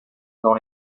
dans